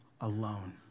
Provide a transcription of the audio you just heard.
alone